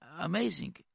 amazing